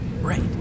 Right